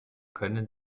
können